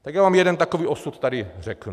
Já vám jeden takový osud tady řeknu.